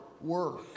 work